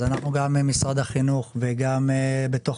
אז אנחנו גם עם משרד החינוך וגם אצלנו,